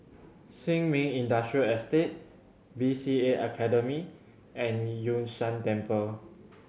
Sin Ming Industrial Estate B C A Academy and Yun Shan Temple